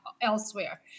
elsewhere